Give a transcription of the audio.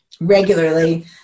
regularly